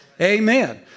Amen